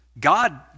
God